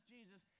Jesus